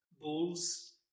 bulls